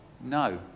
No